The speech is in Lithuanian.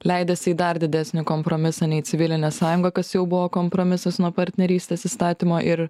leidęsi į dar didesnį kompromisą nei civilinė sąjunga kas jau buvo kompromisas nuo partnerystės įstatymo ir